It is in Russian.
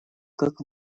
как